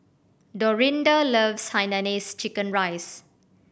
Dorinda loves hainanese chicken rice